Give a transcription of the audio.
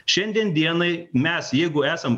šiandien dienai mes jeigu esam